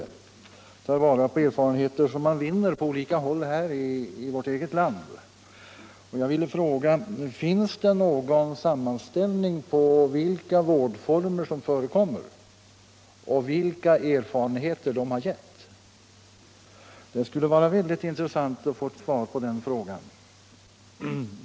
Vi bör ju ta vara på de erfarenheter man vinner på olika håll i vårt eget land. Jag vill därför fråga: Finns det någon sammanställning av vilka vårdformer som förekommer och vilka erfarenheter de har gett? Det skulle vara väldigt intressant att få svar på den frågan.